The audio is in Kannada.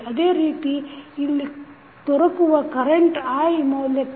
ಅದೇ ರೀತಿ ಇಲ್ಲಿ ದೊರೆಯುವ ಕರೆಂಟ್ i ಮೌಲ್ಯಕ್ಕೆ